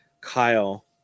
Kyle